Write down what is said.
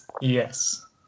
Yes